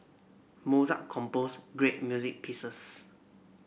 Mozart compose great music pieces